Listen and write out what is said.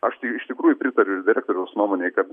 aš tai iš tikrųjų pritariu direktoriaus nuomonei kad